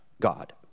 God